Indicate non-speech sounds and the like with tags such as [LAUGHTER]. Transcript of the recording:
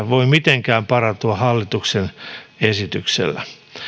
[UNINTELLIGIBLE] voi mitenkään parantua hallituksen esityksellä